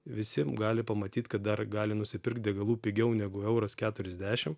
visi gali pamatyt kad dar gali nusipirkt degalų pigiau negu euras keturiasdešim